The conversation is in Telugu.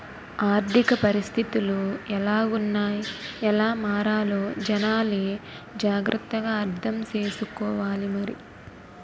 ఆర్థిక పరిస్థితులు ఎలాగున్నాయ్ ఎలా మారాలో జనాలే జాగ్రత్త గా అర్థం సేసుకోవాలి మరి